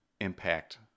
impact